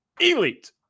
Elite